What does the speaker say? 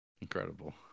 Incredible